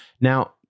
Now